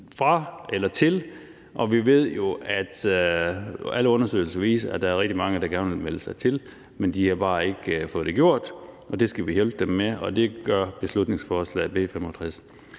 som muligt, og vi ved jo – det viser alle undersøgelser – at der er rigtig mange, der gerne vil melde sig til, men at de bare ikke har fået det gjort, og det skal vi hjælpe dem med, og det gør beslutningsforslaget B 65.